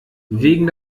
wegen